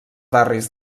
barris